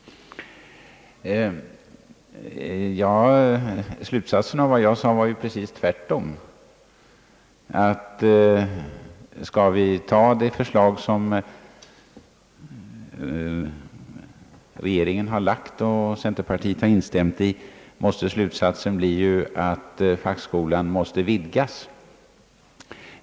Slutsatsen av vad jag yttrade var ju den rakt motsatta — om vi skall ta det förslag, som regeringen har lagt och som centerpartiet anslutit sig till, måste ju fackskolan utvidgas!